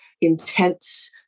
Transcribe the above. intense